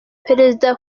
perezida